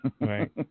Right